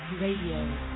RADIO